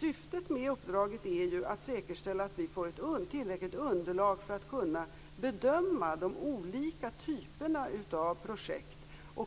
Syftet med uppdraget är ju att säkerställa att vi får ett tillräckligt underlag för att kunna bedöma de olika typerna av projekt.